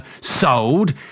sold